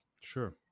Sure